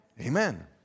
Amen